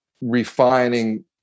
refining